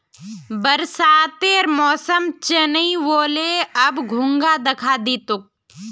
बरसातेर मौसम चनइ व ले, अब घोंघा दखा दी तोक